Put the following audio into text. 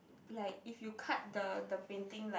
like if you cut the the painting like